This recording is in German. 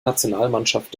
nationalmannschaft